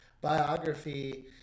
biography